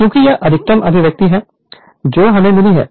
क्योंकि यह अधिकतम अभिव्यक्ति है जो हमें मिली है